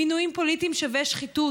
מינויים פוליטיים שווה שחיתות.